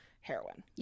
heroin